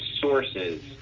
sources